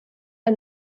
der